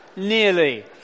nearly